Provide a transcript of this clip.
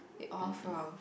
t_b